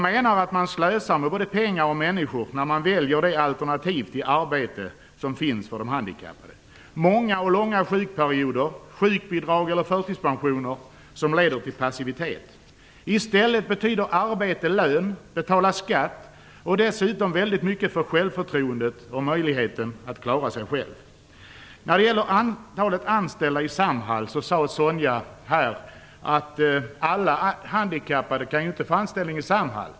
Man slösar med både pengar och människor när man väljer det alternativ till arbete som finns för de arbetshandikappade, dvs. många och långa sjukperioder, sjukbidrag eller förtidspension som leder till passivitet. Arbete betyder i stället att dessa personer får lön och betalar skatt. Dessutom betyder ett arbete väldigt mycket för självförtroendet och möjligheten att klara sig själv. När det gäller antalet anställda inom Samhall sade Sonja Fransson att alla handikappade ju inte kan få anställning i Samhall.